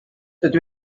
dydw